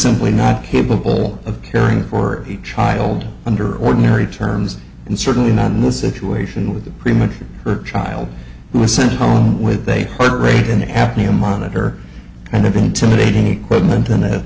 simply not capable of caring for a child under ordinary terms and certainly not in this situation with a premature her child who was sent home with a heart rate in apnea monitor kind of intimidating equipment